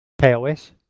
KOS